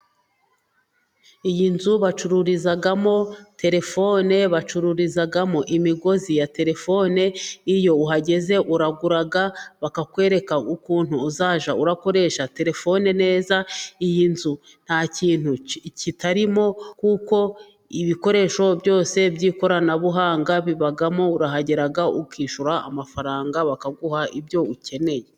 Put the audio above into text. Iyi nzu bacururizamo terefone, bacururizamo imigozi ya terefone. Iyo uhageze uragura, bakakwereka ukuntu uzajya ukoresha terefone neza. Iyi nzu nta kintu kitarimo kuko ibikoresho byose by'ikoranabuhanga bibamo. Urahagera ukishyura amafaranga bakaguha ibyo ukeneye.